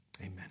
amen